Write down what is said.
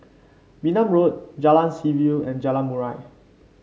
Wee Nam Road Jalan Seaview and Jalan Murai